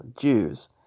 Jews